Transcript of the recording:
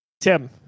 tim